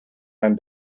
mijn